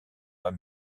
pas